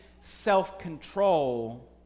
self-control